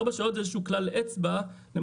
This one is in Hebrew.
ארבע שעות זה איזשהו כלל אצבע למשהו